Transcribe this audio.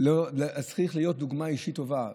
אז צריכה להיות דוגמה אישית טובה.